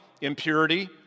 impurity